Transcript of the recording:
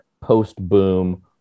post-boom